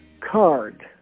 card